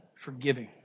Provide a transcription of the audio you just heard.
forgiving